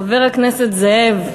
חבר הכנסת זאב,